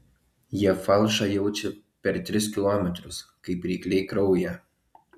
jie falšą jaučia per tris kilometrus kaip rykliai kraują